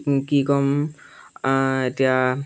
কি ক'ম এতিয়া